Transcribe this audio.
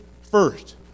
first